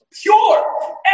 pure